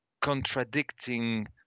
contradicting